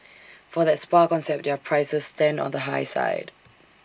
for that spa concept their prices stand on the high side